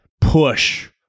push